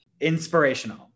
inspirational